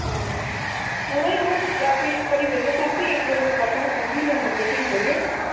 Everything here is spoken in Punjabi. ਹਾਂ ਹੋਣੇ ਆ ਜਾ ਕੇ ਇੱਕ ਵਾਰ ਮੇਰੇ ਨਾਲ ਚੱਲ ਪਈਂ ਇੱਕ ਵਾਰ ਮੈਂ ਪਾਪਾ ਨੂੰ ਕਹੂੰਗੀ ਤੈਨੂੰ ਨੰਬਰ ਭੇਜ ਦੇਣਗੇ